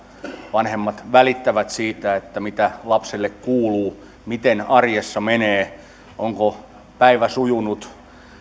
vanhemmat välittävät siitä mitä lapselle kuuluu miten arjessa menee onko päivä sujunut